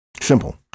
simple